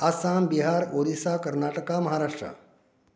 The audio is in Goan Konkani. आसाम बिहार ओरिसा कर्नाटका महाराष्ट्रा